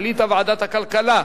החליטה ועדת הכלכלה,